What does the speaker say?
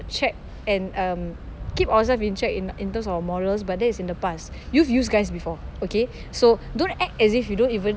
check and um keep ourself in check in in terms of morals but that is in the past you've used guys before okay so don't act as if you don't even